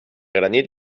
granit